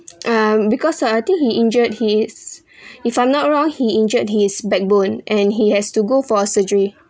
uh because uh I think he injured his if I'm not wrong he injured his backbone and he has to go for a surgery